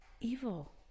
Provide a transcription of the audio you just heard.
evil